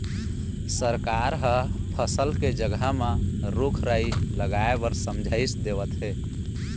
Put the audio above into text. सरकार ह फसल के जघा म रूख राई लगाए बर समझाइस देवत हे